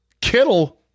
Kittle